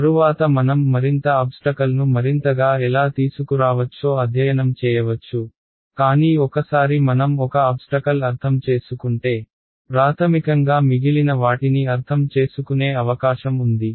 తరువాత మనం మరింత అబ్స్టకల్ను మరింతగా ఎలా తీసుకురావచ్చో అధ్యయనం చేయవచ్చు కానీ ఒకసారి మనం ఒక అబ్స్టకల్ అర్థం చేసుకుంటే ప్రాథమికంగా మిగిలిన వాటిని అర్థం చేసుకునే అవకాశం ఉంది